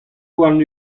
warn